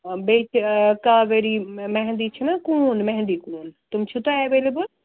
آ بیٚیہِ چھِ کاویری مےٚ مہنٛدی چھِنہٕ کوٗن مہندی کوٗن تِم چھِ تۄہہِ اٮ۪ویلیبٕل